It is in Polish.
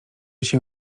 się